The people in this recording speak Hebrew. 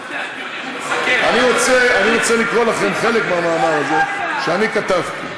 אני רוצה לקרוא לכם חלק מהמאמר הזה שכתבתי.